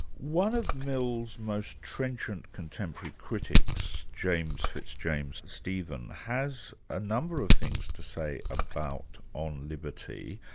one of mill's most trenchant contemporary critics, james fitzjames and stephen, has a number of things to say about on liberty,